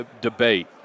debate